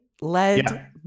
led